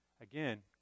Again